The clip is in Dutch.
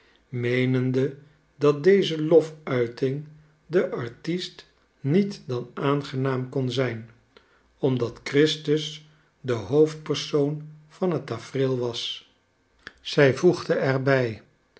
meenende dat deze lofuiting den artist niet dan aangenaam kon zijn omdat christus de hoofdpersoon van het tafereel was zij voegde er